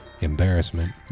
embarrassment